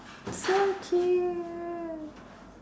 so cute